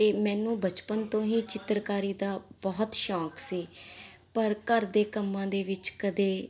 ਅਤੇ ਮੈਨੂੰ ਬਚਪਨ ਤੋਂ ਹੀ ਚਿੱਤਰਕਾਰੀ ਦਾ ਬੁਹਤ ਸ਼ੌਂਕ ਸੀ ਪਰ ਘਰ ਦੇ ਕੰਮਾਂ ਦੇ ਵਿੱਚ ਕਦੇ